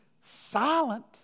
silent